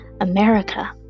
America